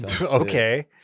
Okay